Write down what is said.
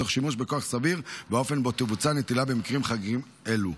תוך שימוש בכוח סביר והאופן בו תבוצע נטילה במקרים חריגים אלה.